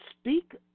speak